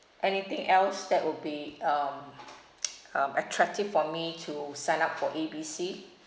anything else that would be um um attractive for me to sign up for A B C